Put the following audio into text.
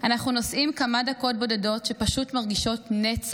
אנחנו נוסעים כמה דקות בודדות שפשוט מרגישות נצח.